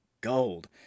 gold